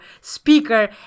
speaker